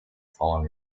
following